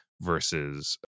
versus